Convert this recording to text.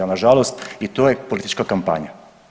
Ali na žalost i to je politička kampanja.